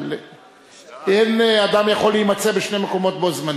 אבל אין אדם יכול להימצא בשני מקומות בו-זמנית.